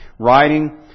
Writing